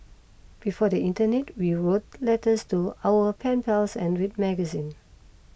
before the internet we wrote letters to our pen pals and read magazine